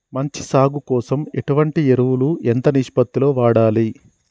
మంచి సాగు కోసం ఎటువంటి ఎరువులు ఎంత నిష్పత్తి లో వాడాలి?